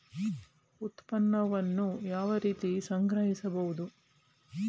ಉತ್ಪನ್ನವನ್ನು ಯಾವ ರೀತಿ ಸಂಗ್ರಹಿಸಬಹುದು?